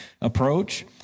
approach